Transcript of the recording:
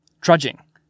trudging